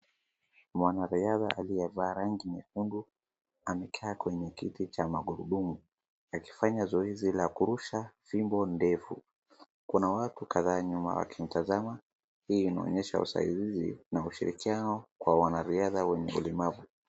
Mwanariadha aliyevaa rangi nyekundu amekaa kwenye kiti cha magurudumu akifanya zoezi za kurusha fimbo ndefu. Kuna watu kadhaanyuma wakimtazama, hiyo inaonyesha usaidizi na ushirikiano kwa wanariadha wenye ulemavu.